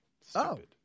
Stupid